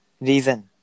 reason